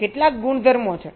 કેટલાક ગુણધર્મો છે